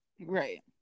Right